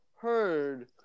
heard